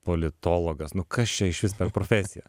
politologas nu kas čia išvis per profesija